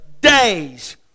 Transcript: days